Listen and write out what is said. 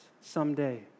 someday